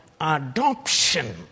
adoption